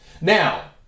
Now